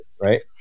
right